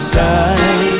die